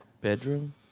bedroom